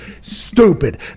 stupid